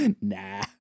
Nah